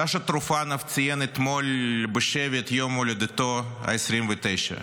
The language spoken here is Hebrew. סאשה טרופנוב ציין אתמול בשבי את יום הולדתו ה-29.